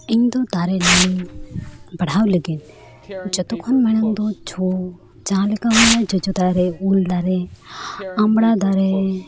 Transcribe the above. ᱤᱧ ᱫᱚ ᱫᱟᱨᱮᱼᱱᱟᱹᱲᱤ ᱵᱟᱲᱦᱟᱣ ᱞᱟᱹᱜᱤᱫ ᱡᱚᱛᱚ ᱠᱷᱚᱱ ᱢᱟᱲᱟᱝ ᱫᱚ ᱡᱚ ᱡᱟᱦᱟᱸ ᱞᱮᱠᱟ ᱦᱩᱭᱱᱟ ᱡᱚᱡᱚ ᱫᱟᱨᱮ ᱩᱞ ᱫᱟᱨᱮ ᱟᱢᱲᱟ ᱫᱟᱨᱮ